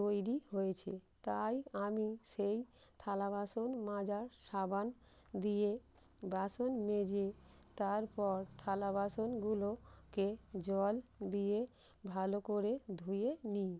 তৈরি হয়েছে তাই আমি সেই থালা বাসন মাজার সাবান দিয়ে বাসন মেজে তারপর থালা বাসনগুলোকে জল দিয়ে ভালো করে ধুয়ে নিই